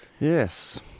Yes